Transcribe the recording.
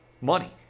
money